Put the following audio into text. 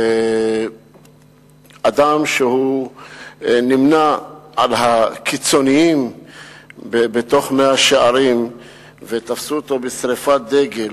אדם שנמנה עם הקיצונים בתוך מאה-שערים תפסו אותו בשרפת דגל,